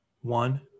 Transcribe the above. one